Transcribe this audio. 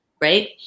right